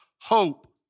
hope